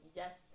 yes